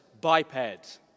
biped